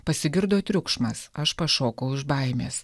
pasigirdo triukšmas aš pašokau iš baimės